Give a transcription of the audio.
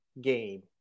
game